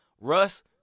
Russ